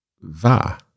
va